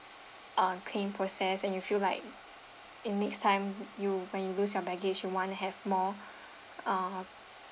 uh claim process and you feel like in next time you when you lose your baggage you wanna have more uh